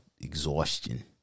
exhaustion